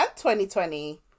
2020